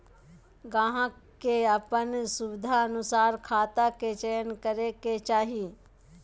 ग्राहक के अपन सुविधानुसार खाता के चयन करे के चाही